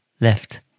left